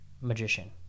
magician